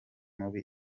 mubi